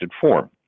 form